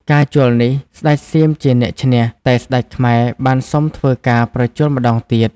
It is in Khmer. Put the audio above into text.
ការជល់នេះស្ដេចសៀមជាអ្នកឈ្នះ តែស្ដេចខ្មែរបានសុំធ្វើការប្រជល់ម្ដងទៀត។